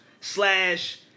slash